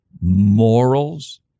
morals